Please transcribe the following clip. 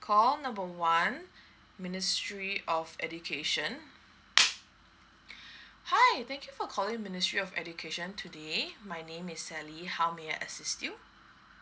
call number one ministry of education hi thank you for calling ministry of education today my name is sally how may I assist you